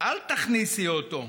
אל תכניסי אותו.